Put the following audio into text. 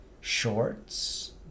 shorts